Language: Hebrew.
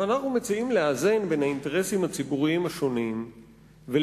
אבל אנחנו מציעים לאזן בין האינטרסים הציבוריים השונים ולהתמודד